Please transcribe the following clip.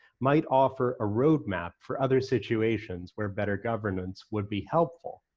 might offer a roadmap for other situations where better governance would be helpful.